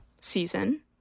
season